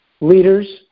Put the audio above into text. leaders